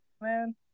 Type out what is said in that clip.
Man